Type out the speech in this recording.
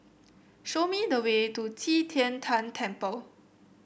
show me the way to Qi Tian Tan Temple